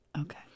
Okay